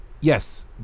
Yes